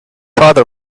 father